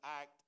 act